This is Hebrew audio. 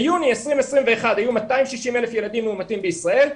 ביוני 2021 היו 260,000 ילדים מאומתים בישראל,